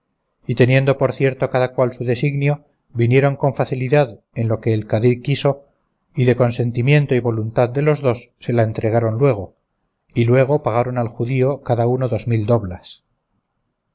y teniendo por cierto cada cual su designio vinieron con facilidad en lo que el cadí quiso y de consentimiento y voluntad de los dos se la entregaron luego y luego pagaron al judío cada uno dos mil doblas